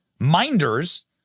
Minders